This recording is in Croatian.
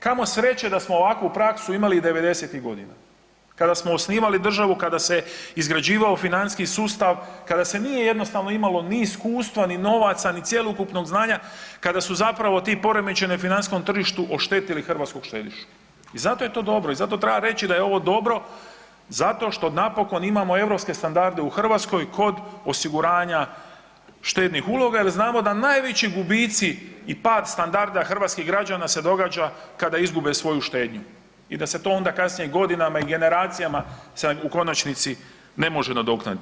Kamo sreće da smo ovakvu praksu imali devedesetih godina, kada smo osnivali državu, kada se izgrađivao financijski sustav, kada se nije jednostavno nije imalo ni iskustva, ni novaca, ni cjelokupnog znanja, kada su ti poremećaji na financijskom tržištu oštetili hrvatskog štedišu i zato je to dobro i zato treba reći da je ovo dobro zato što napokon imamo europske standarde u Hrvatskoj kod osiguranja štednih uloga jer znamo da najveći gubici i pad standarda hrvatskih građana se događa kada izgube svoju štednju i da se to onda kasnije i godinama i generacijama se u konačnici ne može nadoknaditi.